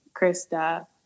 Krista